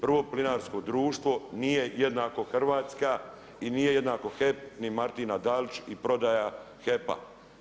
Prvo plinarsko društvo nije jednako Hrvatska i nije jednako HEP, ni Martina Dalić i prodaja HEP-a.